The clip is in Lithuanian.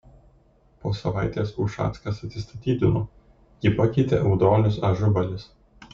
po savaitės ušackas atsistatydino jį pakeitė audronius ažubalis